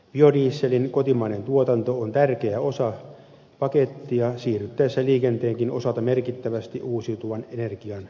biodieselin kotimainen tuotanto on tärkeä osa pakettia siirryttäessä liikenteenkin osalta merkittävästi uusiutuvan energian käyttöön